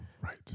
right